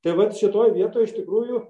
tai vat šitoj vietoj iš tikrųjų